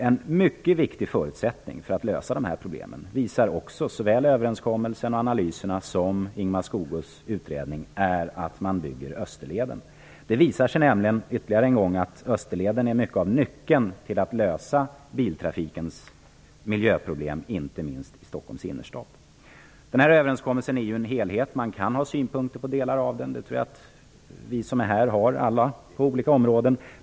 En mycket viktig förutsättning för att lösa problemen, det visar såväl överenskommelsen och analyserna som Ingemar Skogös utredning, är att man bygger Österleden. Det visar sig nämligen ytterligare en gång att Österleden är mycket av nyckeln till en lösning vad gäller biltrafikens miljöproblem, inte minst i Överenskommelsen är en helhet. Man kan ha synpunkter på delar av den. Det tror jag att alla vi här har på olika områden.